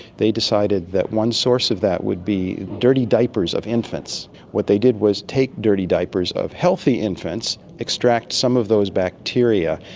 they decided that one source of that would be dirty diapers of infants. what they did was take dirty diapers of healthy infants, extract some of those bacteria,